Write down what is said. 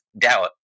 doubt